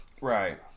Right